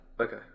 Okay